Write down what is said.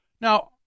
Now